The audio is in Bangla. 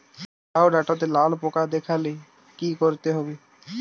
লাউ ডাটাতে লাল পোকা দেখালে কি করতে হবে?